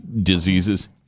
diseases